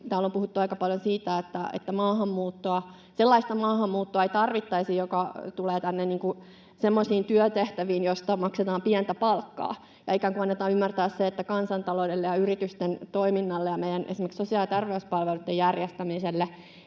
Täällä on puhuttu aika paljon esimerkiksi siitä, että sellaista maahanmuuttoa ei tarvittaisi, jossa tullaan tänne semmoisiin työtehtäviin, joista maksetaan pientä palkkaa, ja ikään kuin annetaan ymmärtää, että kansantaloudelle ja yritysten toiminnalle ja esimerkiksi meidän sosiaali- ja terveyspalveluiden järjestämiselle